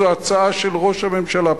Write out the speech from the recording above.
זו פשוט הצעה של ראש הממשלה.